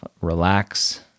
Relax